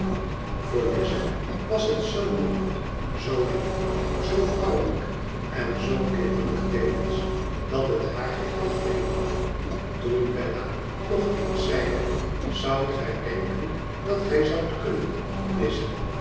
lize was het zoo nieuw zoo lief zoo vrouwelijk en zoo kinderlijk tevens dat het haar geheel innam toen bella nog eens zeide zoudt gij denken dat gij zoudt kunnen